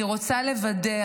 אני רוצה לוודא,